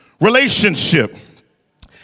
relationship